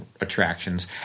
attractions